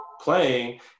playing